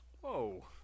Whoa